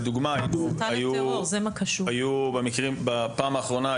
זה קשור להסתה לטרור.